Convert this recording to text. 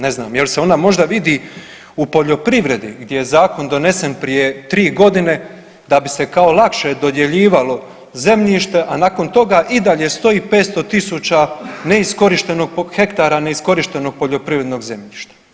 Ne znam jel se ona možda vidi u poljoprivredi gdje je zakon donesen prije 3 godine da bi se kao lakše dodjeljivalo zemljište a nakon toga i dalje stoji 500 000 hektara neiskorištenog poljoprivrednog zemljišta.